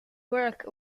work